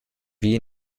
wie